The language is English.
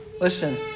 Listen